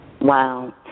Wow